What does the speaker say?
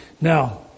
Now